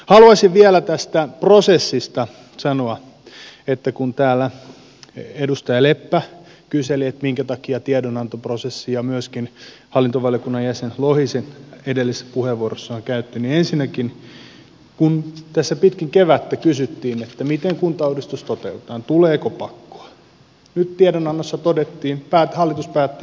haluaisin vielä tästä prosessista sanoa täällä edustaja leppä kyseli minkä takia tiedonantoprosessi ja myöskin hallintovaliokunnan jäsen lohi sitä edellisessä puheenvuorossaan kysyi että ensinnäkin kun tässä pitkin kevättä kysyttiin miten kuntauudistus toteutetaan tuleeko pakkoa niin nyt tiedonannossa todettiin hallitus päätti että ei tule